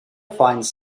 finds